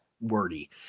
wordy